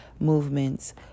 movements